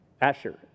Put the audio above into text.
Asher